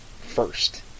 first